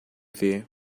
ver